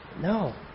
No